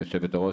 יושבת הראש,